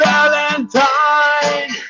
Valentine